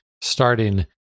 starting